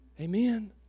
Amen